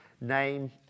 name